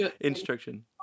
instruction